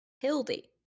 hildy